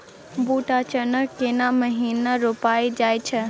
बूट आ चना केना महिना रोपल जाय छै?